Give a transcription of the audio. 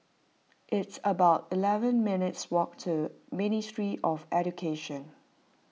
it's about eleven minutes' walk to Ministry of Education